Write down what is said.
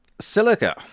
Silica